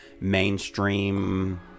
mainstream